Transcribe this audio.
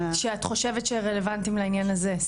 שאת חושבת שרלוונטיים לעניין הזה,